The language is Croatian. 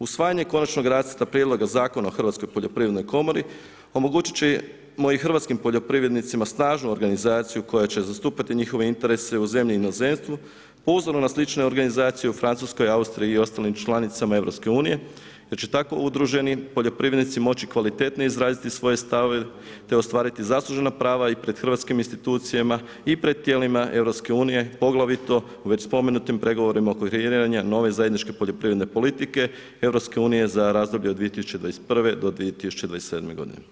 Usvajanje Konačnog nacrta prijedloga Zakona o HPK omogućiti ćemo i hrvatskim poljoprivrednicima snažnu organizaciju koja će zastupati svoje interese u zemlji i inozemstvu po uzoru na slične organizacije u Francuskoj, Austriji i ostalim članicama EU te će tako udruženi poljoprivrednici moći kvalitetnije izraziti svoje stavove te ostvariti zaslužena prava i pred hrvatskim institucijama i pred tijelima EU poglavito u već spomenutim pregovorima oko kreiranja nove zajedničke poljoprivredne politike EU za razdoblje od 2021. do 2027. godine.